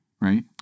Right